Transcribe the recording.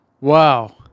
Wow